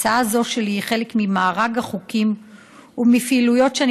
ההצעה הזאת שלי היא חלק ממארג החוקים ומהפעילויות שאני